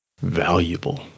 valuable